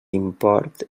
import